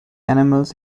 animals